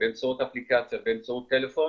באמצעות אפליקציה, באמצעות טלפון,